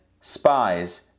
spies